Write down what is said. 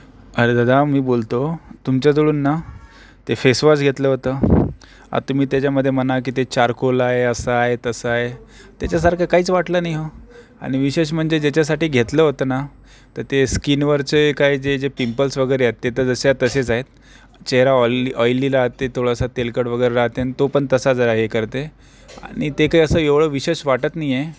अरे दादा मी बोलतो तुमच्याजवळून ना ते फेसवॉश घेतलं होतं आता तुम्ही त्याच्यामध्ये म्हणा की ते चारकोल आहे असं आहे तसं आहे त्याच्यासारखं काहीच वाटलं नाही हो आणि विशेष म्हणजे ज्याच्यासाठी घेतलं होतं ना तर ते स्कीनवरचे काय जे जे पिंपल्स वगैरे आहेत ते तर जसेच्या तसेच आहेत चेहरा ऑल्ली ऑयली राहते थोडासा तेलकट वगैरे राहते न तो पण तसाच आहे हे करते आणि ते काय असं एवढं विशेष वाटत नाही आहे